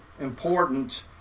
important